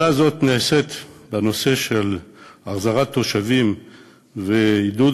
נעשית עבודה בנושא של החזרת תושבים ועידוד